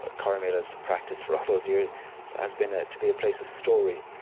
ah corrymeela's practice for all those years has been to be a place of story,